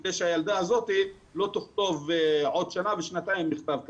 כדי שהילדה הזאת לא תכתוב עוד שנה או שנתיים מכתב כזה.